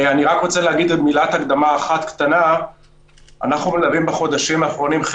אני רוצה עוד מילת הקדמה קטנה; בחודשים האחרונים אנחנו